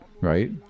Right